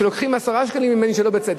שלוקחים ממני 10 שקלים שלא בצדק.